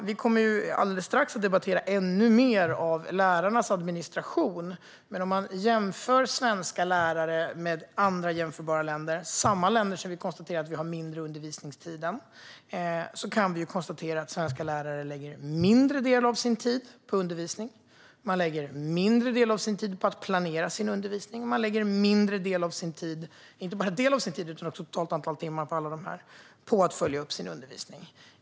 Vi kommer alldeles strax att debattera lärarnas administration ännu mer, men om man jämför svenska lärare med andra jämförbara länder - samma länder som vi konstaterar att vi har mindre undervisningstid än - kan vi konstatera att svenska lärare lägger en mindre del av sin tid på undervisning. De lägger en mindre del av sin tid på att planera undervisningen, och de lägger både en mindre del av sin tid och ett lägre antal timmar totalt på att följa upp undervisningen.